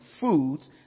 foods